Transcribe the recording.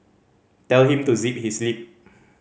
tell him to zip his lip